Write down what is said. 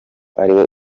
ariwe